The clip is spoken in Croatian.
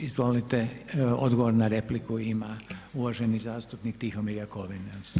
Izvolite odgovor na repliku ima uvaženi zastupnik Tihomir Jakovina.